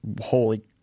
holy